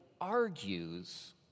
argues